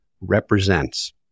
represents